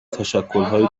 تشکلهای